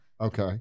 Okay